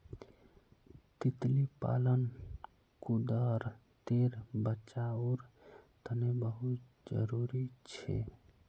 तितली पालन कुदरतेर बचाओर तने बहुत ज़रूरी छे